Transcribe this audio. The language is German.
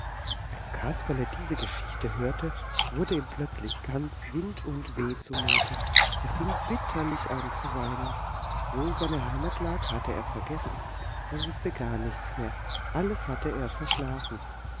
als kasperle diese geschichte hörte wurde es ihm plötzlich ganz wind und weh zumute er fing bitterlich an zu weinen wo seine heimat lag hatte er vergessen er wußte gar nichts mehr alles hatte er verschlafen